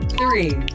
three